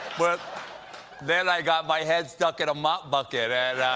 but then i got my head stuck in a mop bucket and